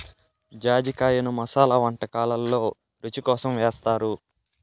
జాజికాయను మసాలా వంటకాలల్లో రుచి కోసం ఏస్తారు